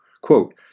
Quote